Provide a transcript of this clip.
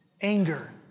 anger